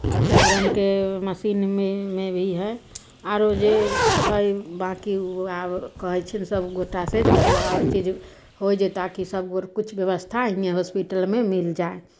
आओर सभ रङ्गके मशीनमेमे भी हइ आरो जे हइ बाँकी ओ आब कहै छियनि सभ गोटा से मतलब आओर चीज होइ जे ताकि सभ गो किछु व्यवस्था हियाँ होस्पिटलमे मिल जाइ